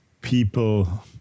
people